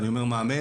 אני אומר מאמן,